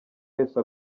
wese